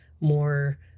more